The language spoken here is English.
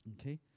okay